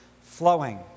flowing